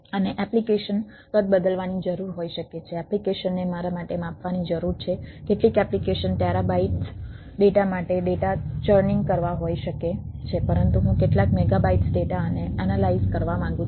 અને એપ્લિકેશન કદ બદલવાની જરૂર હોઈ શકે છે એપ્લિકેશનને મારા માટે માપવાની જરૂર છે કેટલીક એપ્લિકેશન ટેરાબાઇટ્સ કરવા માંગુ છું